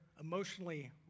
emotionally